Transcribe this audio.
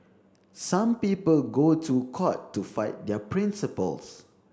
some people go to court to fight their principles